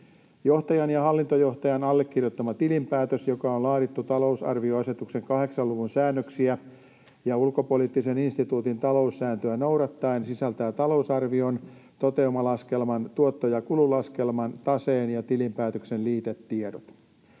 Johtajan ja hallintojohtajan allekirjoittama tilinpäätös, joka on laadittu talousarvioasetuksen 8 luvun säännöksiä ja Ulkopoliittisen instituutin taloussääntöä noudattaen, sisältää talousarvion, toteutumalaskelman, tuotto- ja kululaskelman, taseen ja tilinpäätöksen liitetiedot.